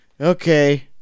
okay